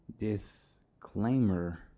disclaimer